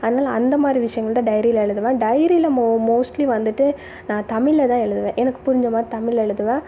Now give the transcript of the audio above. அதனால் அந்தமாதிரி விஷயங்கள்தான் டைரியில் எழுதுவேன் டைரியில் மோஸ்ட்லீ வந்துவிட்டு நான் தமிழில் தான் எழுதுவேன் எனக்கு புரிஞ்சமாதிரி தமிழில் எழுதுவேன்